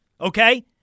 Okay